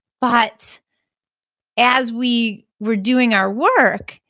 but as we were doing our work,